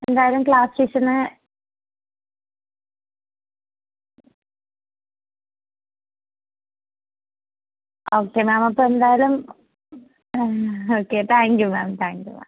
എന്തായാലും ക്ലാസ് ടീച്ചറിനെ okay ma'am അപ്പോൾ എന്തായാലും ആ okay thank you ma'am thank you ma'am